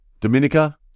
Dominica